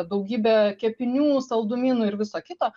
daugybė kepinių saldumynų ir viso kito